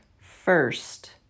first